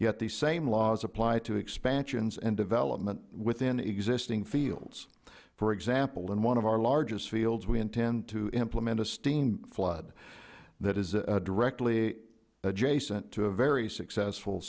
yet these same laws apply to expansions and development within existing fields for example in one of our largest fields we intend to implement a steam flood that is directly adjacent to a very successful